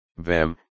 vem